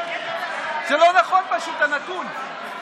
זה לא נכון, פשוט, הנתון.